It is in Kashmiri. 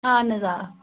اہن حظ آ